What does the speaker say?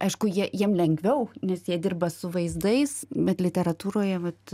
aišku jie jiem lengviau nes jie dirba su vaizdais bet literatūroje vat